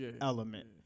element